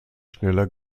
schneller